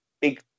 big